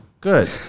Good